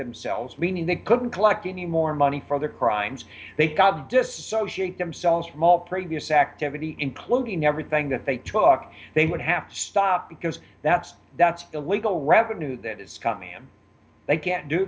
themselves meaning they couldn't collect any more money for their crimes they've got to disassociate themselves from all previous activity including everything that they took they would have to stop because that's that's illegal revenue that is coming from they can't do